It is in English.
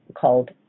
called